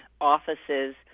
offices